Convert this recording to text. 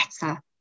better